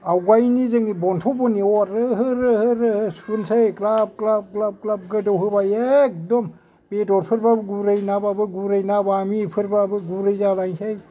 आवगायनि जोंनि बनथ' बननि औवा रोहो रोहो रोहो सुसै ग्लाब ग्लाब ग्लाब ग्लाब ग्लाब गोदौहोबाय एखदम बेदरफोरबाबो गुरै नाबाबो गुरै ना बामि फोरबाबो गुरै जालायसै